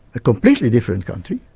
a completely different country.